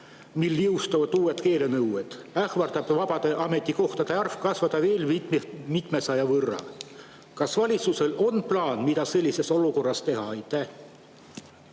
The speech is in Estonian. mil jõustuvad uued keelenõuded, ähvardab vabade ametikohtade arv kasvada veel mitmesaja võrra. Kas valitsusel on plaan, mida sellises olukorras teha? Aitäh,